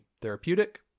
therapeutic